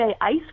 ice